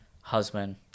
husband